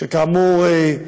שכאמור,